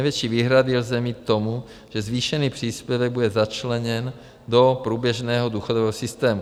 Největší výhrady lze mít k tomu, že zvýšený příspěvek bude začleněn do průběžného důchodového systému.